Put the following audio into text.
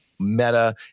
Meta